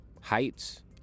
heights